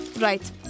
Right